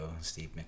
Steve